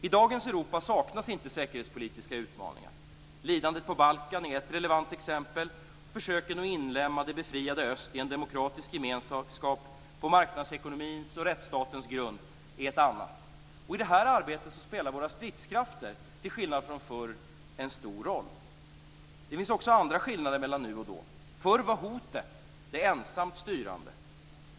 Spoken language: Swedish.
I dagens Europa saknas inte säkerhetspolitiska utmaningar. Lidandet på Balkan är ett relevant exempel och försöken att inlemma det befriade öst i en demokratisk gemenskap på marknadsekonomins och rättsstatens grund är ett annat. I detta arbete spelar vår stridskrafter, till skillnad från förr, en stor roll. Det finns också andra skillnader mellan nu och då. Förr var hotet det ensamt styrande.